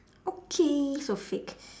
okay so fake